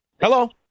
Hello